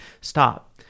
Stop